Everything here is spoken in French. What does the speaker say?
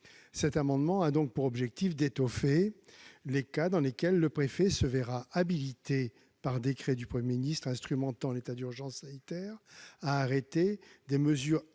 Mon amendement a pour objet d'étendre les cas dans lesquels le préfet se verra habilité, par décret du Premier ministre instrumentant l'état d'urgence sanitaire, à arrêter des mesures individuelles